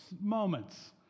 moments